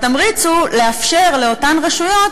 התמריץ הוא לאפשר לאותן רשויות,